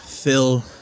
Phil